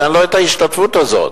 תן לו את ההשתתפות הזאת.